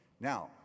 Now